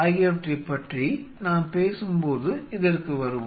ஆகியவற்றைப் பற்றி நாம் பேசும்போது இதற்கு வருவோம்